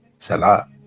Salah